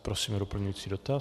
Prosím, doplňující dotaz.